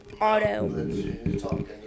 auto